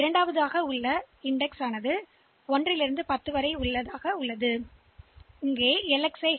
எனவே இரண்டாவது குறியீட்டு எண் 1 2 முதல் 10 வரை செல்லும் எனவே அதை நாங்கள் செய்கிறோம்